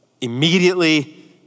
immediately